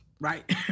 right